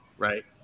Right